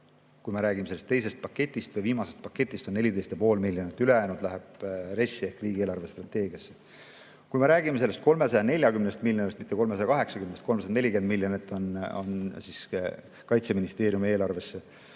Kui me räägime sellest teisest paketist või viimasest paketist, siis see on 14,5 miljonit, ülejäänu läheb RES‑i ehk riigi eelarvestrateegiasse. Kui me räägime sellest 340 miljonist, mitte 380‑st, 340 miljonit on Kaitseministeeriumi eelarves,